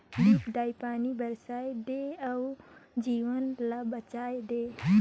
देपी दाई पानी बरसाए दे अउ जीव ल बचाए दे